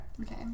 okay